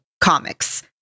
comics